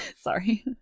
sorry